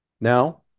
Now